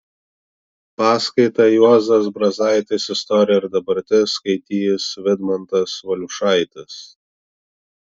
paskaitą juozas brazaitis istorija ir dabartis skaitys vidmantas valiušaitis